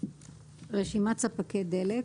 "רשימת ספקי דלק"